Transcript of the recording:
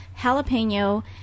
jalapeno